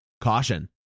Caution